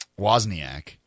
Wozniak